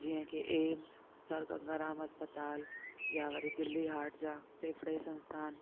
जीअं की AIIMS Sir Gangaram अस्पताल या वरी दिल्ली हाट जा फेफड़े संस्थान